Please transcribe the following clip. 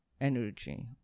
energy